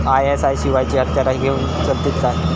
ISI शिवायची हत्यारा घेऊन चलतीत काय?